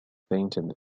painted